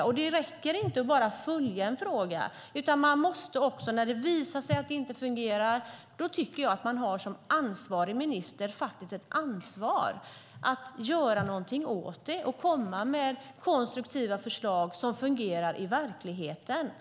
Och det räcker inte att bara följa en fråga, utan när det visar sig att det inte fungerar tycker jag att man som ansvarig minister faktiskt har ett ansvar att göra någonting åt det och komma med konstruktiva förslag som fungerar i verkligheten.